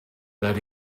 that